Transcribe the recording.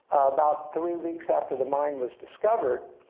about three weeks after the mine was discovered,